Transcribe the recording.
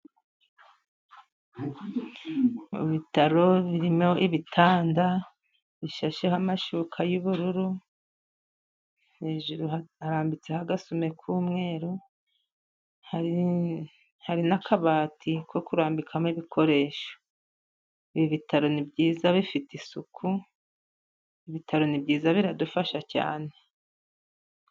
Mu bitaro birimo ibitanda, bishasheho amashuka y'ubururu, hejuru harambitse agasume k'umweru, hari n'akabati ko kurambikamo ibikoresho, ibi bitaro ni byiza bifite isuku, ibitaro ni byiza biradufasha cyane.